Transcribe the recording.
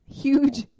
Huge